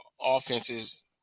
offenses